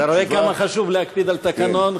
אתה רואה כמה חשוב להקפיד על תקנון,